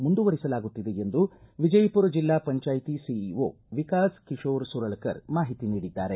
ಮುಂದುವರೆಸಲಾಗುತ್ತಿದೆ ಎಂದು ವಿಜಯಪುರ ಬೆಲ್ಲಾ ಪಂಚಾಯ್ತಿ ಸಿಇಓ ವಿಕಾಸ ಕಿಶೋರ ಸುರಳಕರ ಮಾಹಿತಿ ನೀಡಿದ್ದಾರೆ